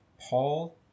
Paul